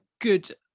good